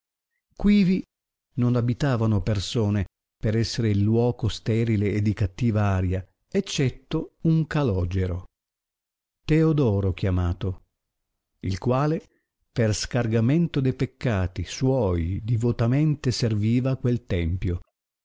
tavole quivi non abitavano persone per esser il luoco sterile e di cattiva aria eccetto un calogero teodoro chiamato il quale per scargamento de peccati suoi divotamente serviva a quel tempio